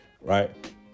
right